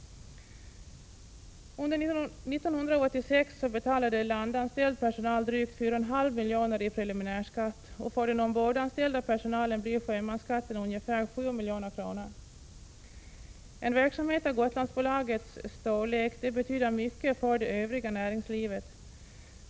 Under 1986 betalade landanställd personal drygt 4,5 milj.kr. i preliminär skatt, och för den ombordanställda personalen blir sjömansskatten ungefär 7 milj.kr. En verksamhet av Gotlandsbolagets storlek betyder mycket för det övriga näringslivet.